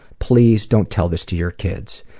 please don't tell this to your kids,